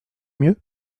mieux